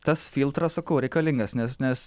tas filtras sakau reikalingas nes nes